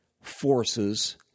forces